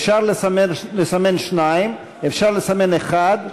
אפשר לסמן שניים, אפשר לסמן אחד,